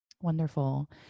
Wonderful